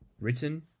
Written